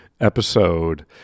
episode